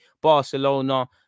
Barcelona